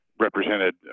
represented